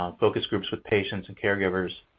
um focus groups with patients and caregivers,